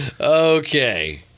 okay